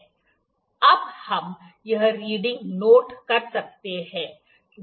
अब हम यह रीडिंग नोट कर सकते हैं